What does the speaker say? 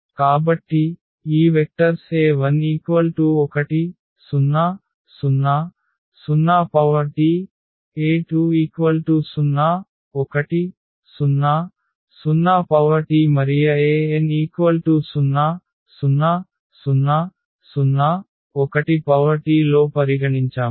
కాబట్టి ఈ vectors e11000T e20100Tమరియen00001T లో పరిగణించాము